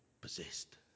possessed